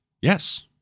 Yes